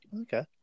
Okay